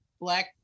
black